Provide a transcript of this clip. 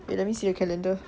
wait let me see the calendar